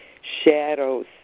shadows